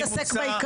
זה נקרא הייצוג